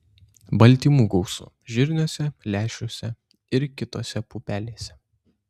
baltymų gausu žirniuose lęšiuose ir kitose pupelėse